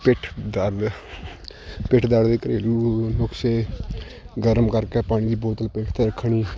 ਪਿੱਠ ਦਰਦ ਪਿੱਠ ਦਰਦ ਦੇ ਘਰੇਲੂ ਨੁਸਖੇ ਗਰਮ ਕਰਕੇ ਪਾਣੀ ਦੀ ਬੋਤਲ ਪਿੱਠ 'ਤੇ ਰੱਖਣੀ